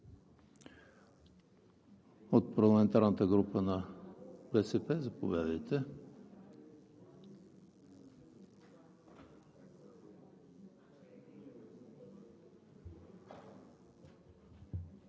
Благодаря Ви, господин Ципов. От парламентарната група на БСП – заповядайте.